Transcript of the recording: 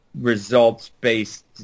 results-based